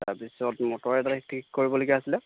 তাৰপিছত মটৰ এটা ঠিক কৰিবলগীয়া আছিলে